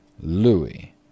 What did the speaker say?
Louis